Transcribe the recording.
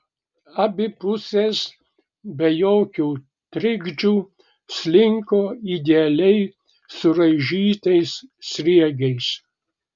abi pusės be jokių trikdžių slinko idealiai suraižytais sriegiais